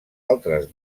altres